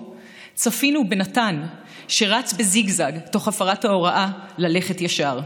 צפינו בנתן שרץ בזיגזג תוך הפרת ההוראה ללכת ישר.